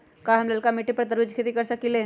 हम लालका मिट्टी पर तरबूज के खेती कर सकीले?